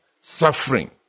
suffering